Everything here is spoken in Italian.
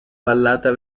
vallata